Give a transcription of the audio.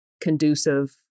conducive